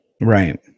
Right